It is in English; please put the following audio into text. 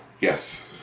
Yes